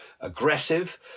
aggressive